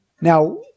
Now